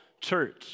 church